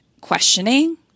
questioning